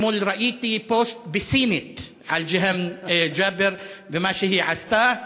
אתמול ראיתי פוסט בסינית על ג'יהאן ג'אבר ומה שהיא עשתה.